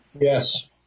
Yes